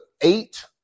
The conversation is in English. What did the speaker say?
eight